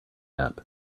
app